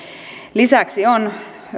lisäksi on